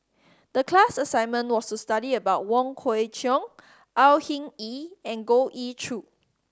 the class assignment was to study about Wong Kwei Cheong Au Hing Yee and Goh Ee Choo